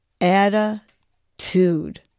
attitude